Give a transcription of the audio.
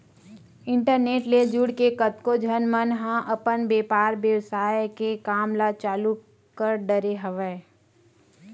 internet ले जुड़के कतको झन मन ह अपन बेपार बेवसाय के काम ल चालु कर डरे हवय